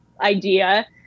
idea